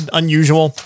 unusual